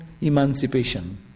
emancipation